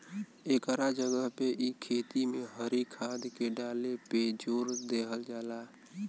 एकरा जगह पे इ खेती में हरी खाद के डाले पे जोर देहल जाला